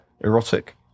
erotic